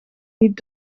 liep